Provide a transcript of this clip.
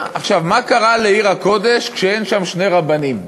מה קרה לעיר הקודש כשאין שם שני רבנים,